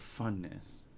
funness